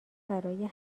برای